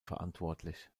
verantwortlich